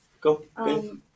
go